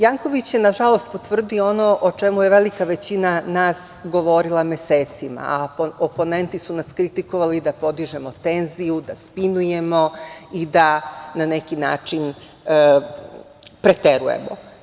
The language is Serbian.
Janković je, nažalost, potvrdio ono o čemu je velika većina nas govorila mesecima, a oponenti su nas kritikovali da podižemo tenziju, da spinujemo i da na neki način preterujemo.